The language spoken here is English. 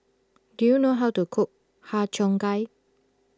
do you know how to cook Har Cheong Gai